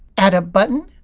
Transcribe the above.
add a button,